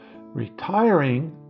Retiring